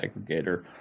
aggregator